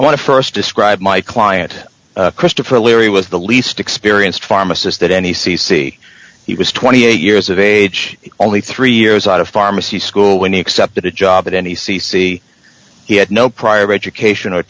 to st describe my client christopher leary was the least experienced pharmacist that any c c he was twenty eight years of age only three years out of pharmacy school when he accepted a job at any c c he had no prior education or